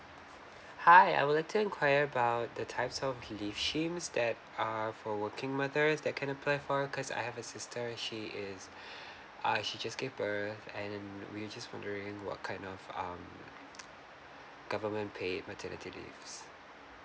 hi I would like to inquire about the types of leaves schemes that err for working mothers that can apply for cause I have a sister she is err she just gave birth and um we were just wondering what kind of um government paid maternity leaves